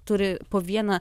turi po vieną